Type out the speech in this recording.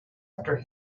after